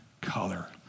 color